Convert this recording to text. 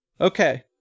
Okay